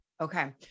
Okay